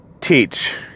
teach